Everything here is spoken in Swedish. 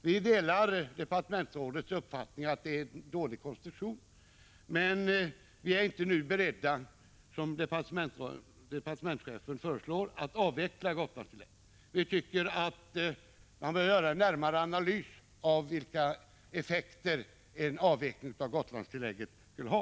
Vi delar departementschefens uppfattning att det rör sig om en dålig konstruktion, men vi är inte beredda att nu, som departementschefen föreslår, avveckla Gotlandstillägget. Enligt vår mening bör man göra en närmare analys av vilka effekter en avveckling av Gotlandstillägget skulle ha.